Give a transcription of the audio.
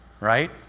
right